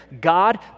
God